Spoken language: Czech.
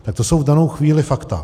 Tak to jsou v danou chvíli fakta.